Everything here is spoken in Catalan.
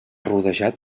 rodejat